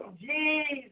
Jesus